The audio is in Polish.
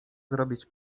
zrobić